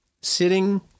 sitting